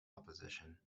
opposition